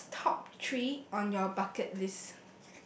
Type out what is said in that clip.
what's top three on your bucket list